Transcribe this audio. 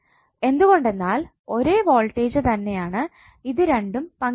എന്തുകൊണ്ടെന്നാൽ ഒരേ വോൾടേജ് തന്നെയാണ് ഇതുരണ്ടും പങ്കിടുന്നത്